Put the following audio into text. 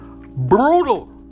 brutal